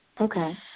Okay